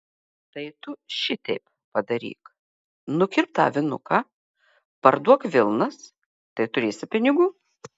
tai tu šiteip padaryk nukirpk tą avinuką parduok vilnas tai turėsi pinigų